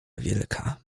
wielka